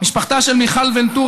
משפחתה של מיכל ונטורה,